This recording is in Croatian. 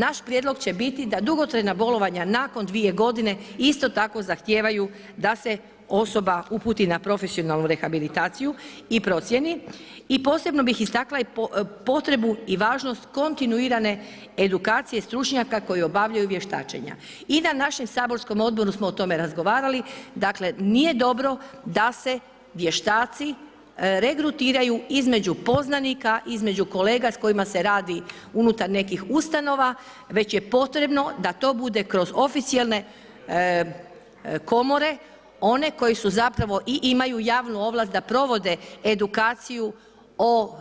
Naš prijedlog će biti da dugotrajna bolovanja nakon dvije godine isto tako zahtijevaju da se osoba uputi na profesionalnu rehabilitaciju i procjeni i posebno bih istaknula potrebu i važnost kontinuirane edukacije stručnjaka koji obavljaju vještačenja i na našem saborskom Odboru smo o tome razgovarali dakle, nije dobro da se vještaci regrutiraju između poznanika, između kolega s kojima se radi unutar nekih ustanova, već je potrebno da to bude kroz oficijelne komore, one koje su zapravo i imaju javnu ovlast da provode edukaciju o